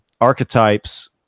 archetypes